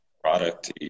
product